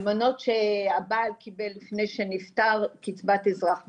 אלמנות שהבעל קיבל לפני שנפטר קצבת אזרח ותיק,